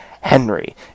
Henry